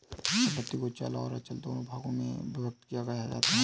संपत्ति को चल और अचल दो भागों में विभक्त किया जाता है